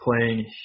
playing